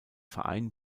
verein